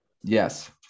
Yes